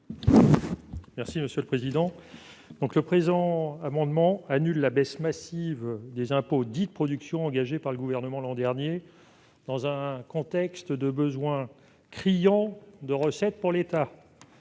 est à M. Thierry Cozic. Le présent amendement vise à annuler la baisse massive des impôts dits « de production » engagée par le Gouvernement l'an dernier, dans un contexte de besoin criant de recettes pour l'État.